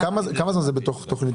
כמה זמן זה בתוך תכנית